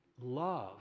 love